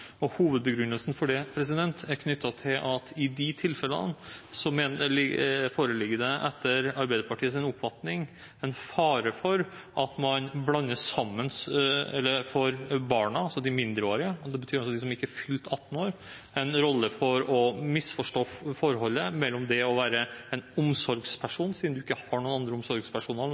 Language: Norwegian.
konklusjon. Hovedbegrunnelsen er at når det gjelder de mindreårige barna, altså de som ikke har fylt 18 år, foreligger det, etter Arbeiderpartiets oppfatning, en fare for at man blander rollene – misforstår forholdet mellom det å være en omsorgsperson, siden barnet ikke har noen andre omsorgspersoner